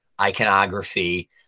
iconography